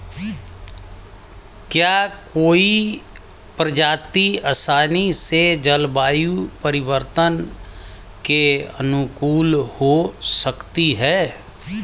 क्या कोई प्रजाति आसानी से जलवायु परिवर्तन के अनुकूल हो सकती है?